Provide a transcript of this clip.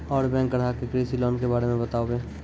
और बैंक ग्राहक के कृषि लोन के बारे मे बातेबे?